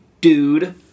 dude